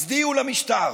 הצדיעו למשטר.